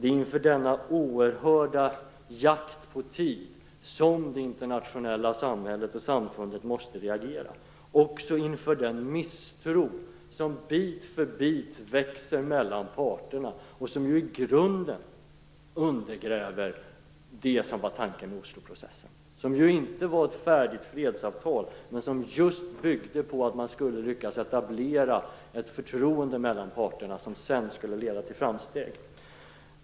Det är inför denna oerhörda jakt på tid som det internationella samfundet måste reagera, liksom också inför den misstro som bit för bit växer mellan parterna och som i grunden undergräver det som var tanken med Osloprocessen. Denna var ju inte ett färdigt fredsavtal, men i den underströks att man skulle lyckas etablera ett förtroende mellan parterna, som sedan skulle leda till framsteg.